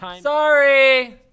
Sorry